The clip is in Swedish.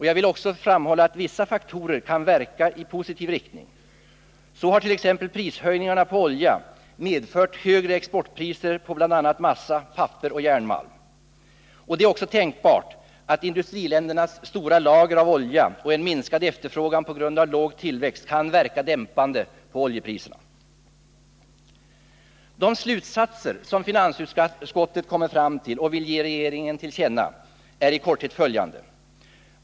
Jag vill också framhålla att vissa faktorer kan verka i positiv riktning. Så har t.ex. prishöjningarna på olja raedfört högre exportpriser på bl.a. massa, papper och järnmalm. Det är också tänkbart att industriländernas stora lager av olja och en minskad efterfrågan på grund av låg tillväxt kan verka dämpande på oljepriserna. De slutsatser som finansutskottet kommer fram till och vill ge regeringen till känna är i korthet följande.